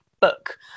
book